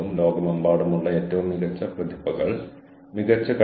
ഈ പ്രത്യേക പ്രഭാഷണത്തിൽ ഞാൻ അത് സ്വയം സൃഷ്ടിക്കാൻ ശ്രമിച്ചു